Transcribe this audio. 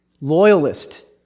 loyalist